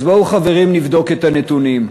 אז בואו, חברים, נבדוק את הנתונים.